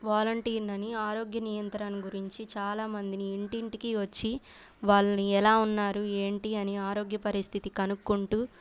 వాలంటీర్నని ఆరోగ్య నియంత్రణ గురించి చాలామందిని ఇంటింటికి వచ్చి వాళ్ళని ఎలా ఉన్నారు ఏంటి అని ఆరోగ్య పరిస్థితి కనుక్కుంటూ